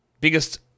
Biggest